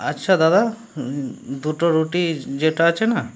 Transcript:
আচ্ছা দাদা দুটো রুটির যেটা আছে না